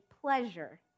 pleasure